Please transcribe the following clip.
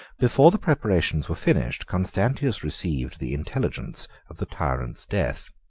before the preparations were finished, constantius received the intelligence of the tyrant's death,